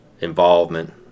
involvement